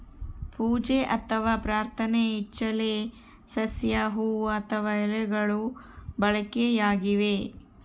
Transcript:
ಪೂಜೆ ಅಥವಾ ಪ್ರಾರ್ಥನೆ ಇಚ್ಚೆಲೆ ಸಸ್ಯ ಹೂವು ಅಥವಾ ಎಲೆಗಳು ಬಳಕೆಯಾಗಿವೆ